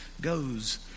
goes